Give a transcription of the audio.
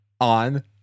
on